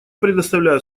предоставляю